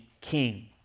king